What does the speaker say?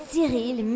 Cyril